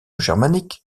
germanique